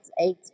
eight